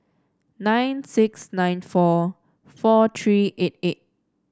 nine six nine four four three eight eight